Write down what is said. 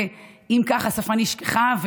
ועם זה השפה נשכחה,